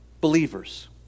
believers